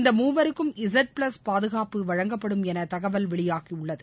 இந்த மூவருக்கும் Z plus பாதுகாப்பு வழங்கப்படும் எனதகவல் வெளியாகியுள்ளது